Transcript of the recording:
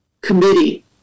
committee